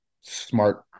smart